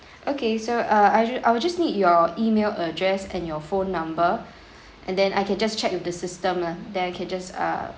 okay so uh I ju~ I will just need your email address and your phone number and then I can just check with the system lah then I can just um